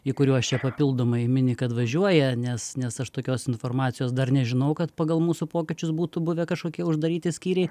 į kuriuos čia papildomai mini kad važiuoja nes nes aš tokios informacijos dar nežinau kad pagal mūsų pokyčius būtų buvę kažkokie uždaryti skyriai